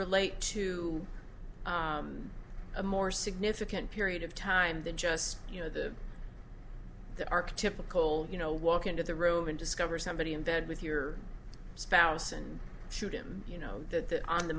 relate to a more significant period of time than just you know the the arc typical you know walk into the room and discover somebody in bed with your spouse and shoot him you know that on the